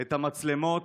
את המצלמות,